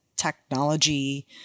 technology